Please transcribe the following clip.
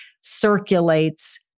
circulates